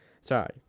Sorry